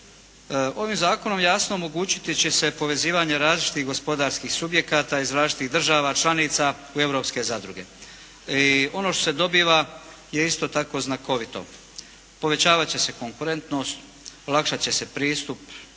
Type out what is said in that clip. Ovim zakonom jasno omogućit će se povezivanje različitih gospodarskih subjekata iz različitih država članica u europske zadruge. I ono što se dobiva je isto tako znakovito. Povećavat će se konkurentnost, olakšat će se pristup